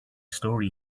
story